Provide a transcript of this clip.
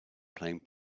playing